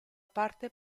parte